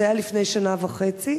זה היה לפני שנה וחצי,